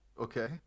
Okay